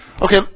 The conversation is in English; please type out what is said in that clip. Okay